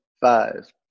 five